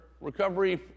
recovery